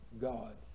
God